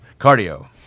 cardio